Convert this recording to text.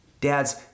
Dads